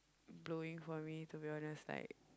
blowing for me to be honest like